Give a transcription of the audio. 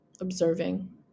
observing